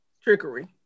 Trickery